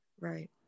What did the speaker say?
Right